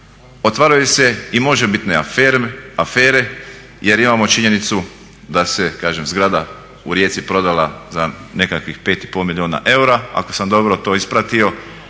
Otvaraju se i možebitne afere jer imamo činjenicu da se kažem zgrada u Rijeci prodala za nekakvih 5,5 milijuna eura ako sam dobro to ispratio,